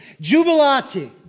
Jubilati